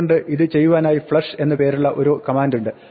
അതുകൊണ്ട് ഇത് ചെയ്യുവാനായി ഫ്ലഷ് എന്ന് പേരുള്ള ഒരു കമാന്റുണ്ട്